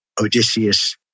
Odysseus